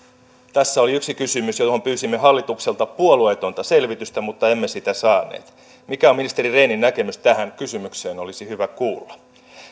tässä oli yksi kysymys johon pyysimme hallitukselta puolueetonta selvitystä mutta emme sitä saaneet mikä on ministeri rehnin näkemys tähän kysymykseen olisi hyvä kuulla